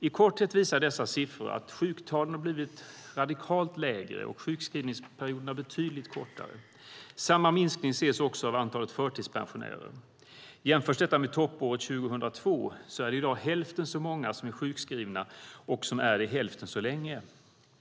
I korthet visar dessa siffror att sjuktalen har blivit radikalt lägre och sjukskrivningsperioderna betydligt kortare. Samma minskning ses också av antalet förtidspensionärer. Jämförs detta med toppåret 2002 är det i dag hälften så många som är sjukskrivna och som är det hälften så länge.